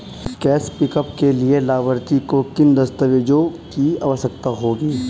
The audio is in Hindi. कैश पिकअप के लिए लाभार्थी को किन दस्तावेजों की आवश्यकता होगी?